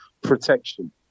protection